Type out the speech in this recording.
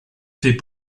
fait